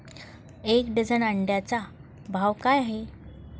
एक डझन अंड्यांचा भाव काय आहे?